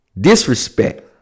Disrespect